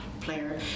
player